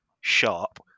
sharp